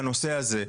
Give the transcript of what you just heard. בנושא הזה,